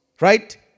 right